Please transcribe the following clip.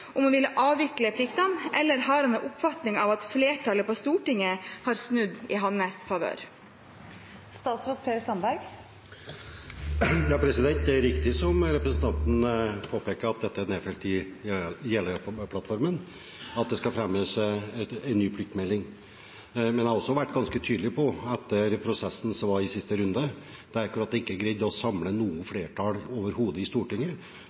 om han vil avvikle pliktene, eller om han har en oppfatning av at flertallet på Stortinget har snudd i hans favør. Det er riktig som representanten påpeker, at det er nedfelt i Jeløya-plattformen at det skal fremmes en ny pliktmelding. Men jeg har også vært ganske tydelig på at jeg valgte å trekke denne meldingen fordi jeg i prosessen som var i siste runde, ikke greide å samle noe flertall overhodet i Stortinget.